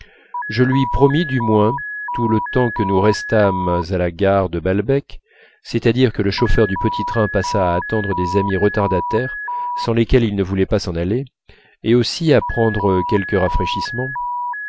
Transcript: je lui promis du moins tout le temps que nous restâmes à la gare de balbec c'est-à-dire que le chauffeur du petit train passa à attendre des amis retardataires sans lesquels il ne voulait pas s'en aller et aussi à prendre quelques rafraîchissements